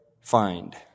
find